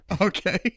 okay